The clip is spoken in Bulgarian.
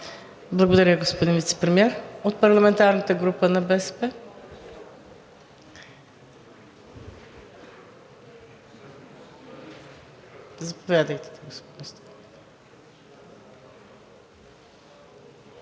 Благодаря Ви, господин Вицепремиер. От парламентарната група на БСП? Заповядайте, господин